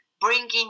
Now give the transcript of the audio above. bringing